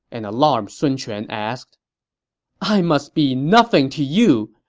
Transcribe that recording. an alarmed sun quan asked i must be nothing to you!